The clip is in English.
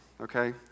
okay